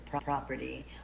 property